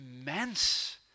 immense